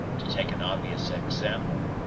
to take an obvious example,